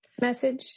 message